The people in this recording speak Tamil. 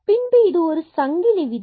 பின்பு இது ஒரு சங்கிலி விதி